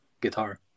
guitar